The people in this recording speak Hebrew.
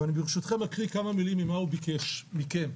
ואני ברשותכם אקריא כמה מילים מה הוא ביקש מכם,